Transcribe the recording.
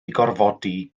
gorfodi